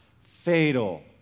fatal